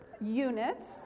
units